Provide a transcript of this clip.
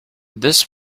this